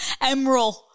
Emerald